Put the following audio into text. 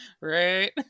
Right